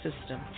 system